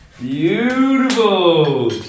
Beautiful